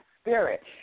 spirit